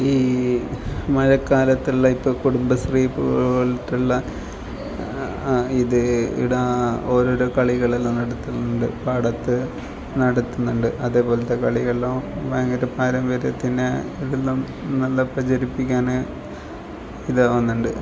ഈ മഴക്കാലത്തുള്ള ഇപ്പോൾ കുടുംബശ്രീ പോലെയുള്ള ഇത് ഇവിടെ ഓരോരോ കളികളെല്ലാം നടത്തുന്നുണ്ട് പാടത്ത് നടത്തുന്നുണ്ട് അതേപോലത്തെ കളിയെല്ലാം ഭയങ്കര പാരമ്പര്യത്തിൻ്റെ ഇതെല്ലാം നല്ല പ്രചരിപ്പിക്കാൻ ഇതാവുന്നുണ്ട്